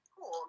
Cool